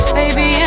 baby